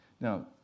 Now